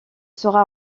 sera